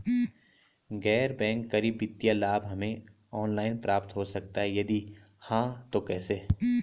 गैर बैंक करी वित्तीय लाभ हमें ऑनलाइन प्राप्त हो सकता है यदि हाँ तो कैसे?